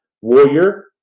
Warrior